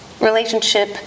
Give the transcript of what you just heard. relationship